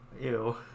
Ew